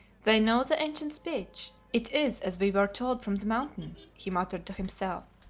they know the ancient speech it is as we were told from the mountain, he muttered to himself.